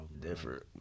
Different